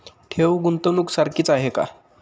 ठेव, गुंतवणूक सारखीच आहे का?